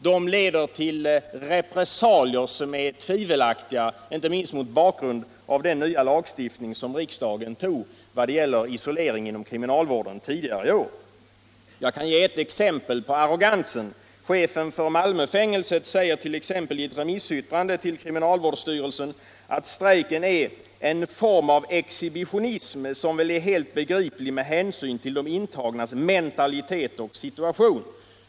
De leder till repressalier som är tvivelaktiga, inte minst mot bakgrund av den nya lagstiftning om isolering inom kriminalvården som riksdagen tog tidigare i år. Jag kan ge ett exempel på arrogansen. Chefen för Malmöfängelset säger i ett remissyttrande till kriminalvårdsstyrelsen att strejken ”är en form av exhibitionism, som väl är helt begriplig med hänsyn till de intagnas mentalitet och situation”.